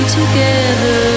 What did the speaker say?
together